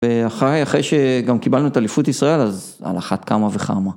אחרי שגם קיבלנו את אליפות ישראל, אז על אחת כמה